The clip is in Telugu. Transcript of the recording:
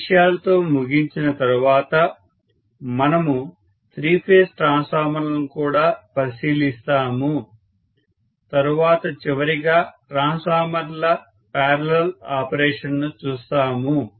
ఈ విషయాలతో ముగించిన తరువాత మనము 3 ఫేజ్ ట్రాన్స్ఫార్మర్లను కూడా పరిశీలిస్తాము తరువాత చివరిగా ట్రాన్స్ఫార్మర్ల పారలల్ ఆపరేషన్ను చూస్తాము